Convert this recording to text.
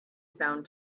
found